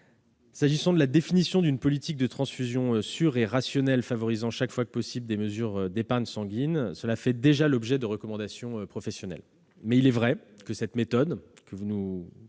patient. La définition d'une politique de transfusion sûre et rationnelle favorisant, chaque fois que possible, des mesures d'épargne sanguine fait déjà l'objet de recommandations professionnelles. Mais il est vrai que cette approche,